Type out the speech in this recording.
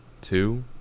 two